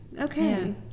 okay